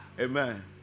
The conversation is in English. Amen